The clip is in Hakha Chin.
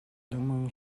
lengmang